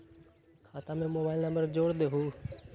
खाता में mobile number जोड़ दहु?